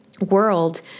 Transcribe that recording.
world